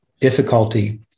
difficulty